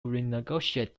renegotiate